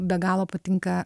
be galo patinka